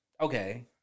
Okay